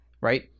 right